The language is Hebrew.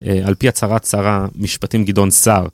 על פי הצהרת שרה, משפטים גדעון סער.